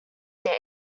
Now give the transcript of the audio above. their